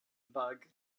bug